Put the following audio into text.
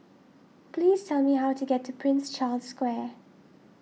please tell me how to get to Prince Charles Square